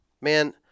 man